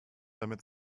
damit